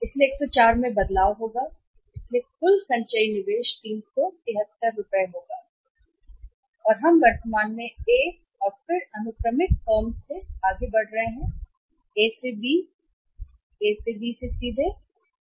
इसलिए 104 में बदलाव होगा इसलिए कुल संचयी निवेश 373 रुपये होगा संचयी निवेश और हम वर्तमान से ए और फिर अनुक्रमिक फर्म में आगे बढ़ रहे हैं A से B से सीधे नहीं से A से B से सीधे B से दाएं